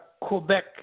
Quebec